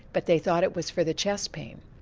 but they thought it was for the chest pain.